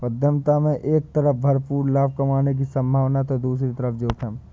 उद्यमिता में एक तरफ भरपूर लाभ कमाने की सम्भावना होती है तो दूसरी तरफ जोखिम